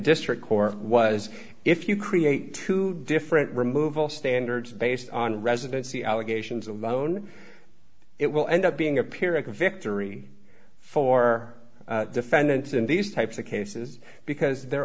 district court was if you create two different removal standards based on residency allegations alone it will end up being a pyrrhic victory for defendants in these types of cases because there